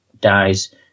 dies